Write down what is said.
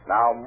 Now